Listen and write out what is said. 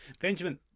Benjamin